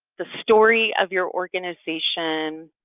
the story of your organization,